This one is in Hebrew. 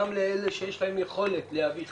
גם לאלה שיש להם יכולת להביא חקיקה,